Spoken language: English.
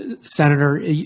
Senator